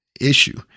issue